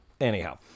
anyhow